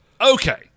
Okay